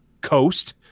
coast